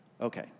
Okay